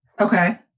Okay